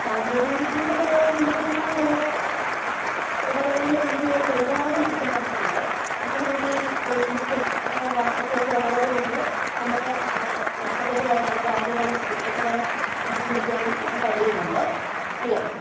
സാങ്കേതികവിദ്യയുടെ ഉപയോഗം നമുക്ക് ചുറ്റുമുള്ള ഇടപഴകുന്ന രീതിയിലേക്ക് ഒരുപാട് മാറ്റി മറിച്ചിട്ടുണ്ട് ഇപ്പോൾ നമുക്ക് ഈ ഫേസ്ബുക്കും ഒക്കെ വാട്സ്ആപ്പ് ഒക്കെ ഉള്ളതുകൊണ്ട് നമുക്ക് നഷ്ടപ്പെട്ടുപോയ നമ്മുടെ ബാല്യകാല സുഹൃത്തുക്കളേ തിരിച്ച് പിടിക്കാനും ഒക്കെ കഴിയുന്നുണ്ട് അല്ലേ